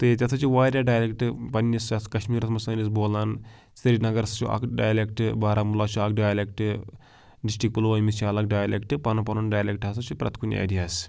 تہٕ ییٚتہِ ہَسا چھِ واریاہ ڈایلٮ۪کٹ پنٛنِس یَتھ کشمیٖرَس منٛز سٲنِس بولان سرینگرس چھُ اَکھ ڈایلٮ۪کٹ بارہمولاہَس چھُ اَکھ ڈایلٮ۪کٹ ڈِسٹِرٛک پُلوٲمِس چھِ الگ ڈایلٮ۪کٹ پَنُن پَنُن ڈایلٮ۪کٹ ہَسا چھُ پرٛٮ۪تھ کُنہِ ایریاہَس